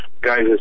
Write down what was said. guys